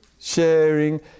sharing